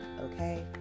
okay